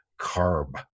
CARB